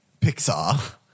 Pixar